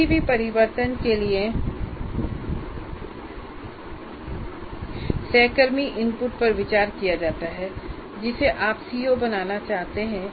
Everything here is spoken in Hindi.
किसी भी परिवर्तन के लिए सहकर्मी इनपुट पर विचार किया जाता है जिसे आप सीओ बनाना चाहते हैं